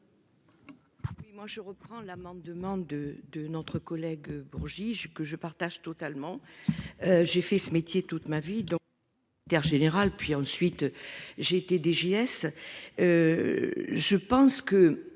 je reprends l'amendement de de notre collègue Bourgi je que je partage totalement. J'ai fait ce métier toute ma vie, donc. Général puis ensuite. J'ai été DGS. Je pense que